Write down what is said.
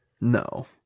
no